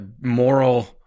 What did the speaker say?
moral